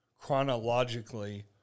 chronologically